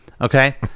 okay